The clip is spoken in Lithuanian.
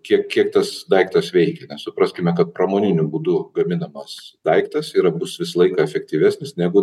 kiek kiek tas daiktas veikia supraskime kad pramoniniu būdu gaminamas daiktas yra bus visą laiką efektyvesnis negu